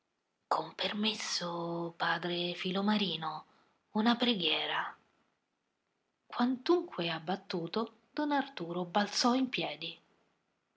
con permesso padre filomarino una preghiera quantunque abbattuto don arturo balzò in piedi